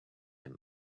him